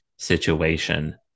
situation